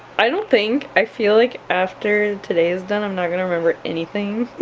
i don't think i feel like after today is done i'm not gonna remember anything